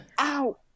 Ow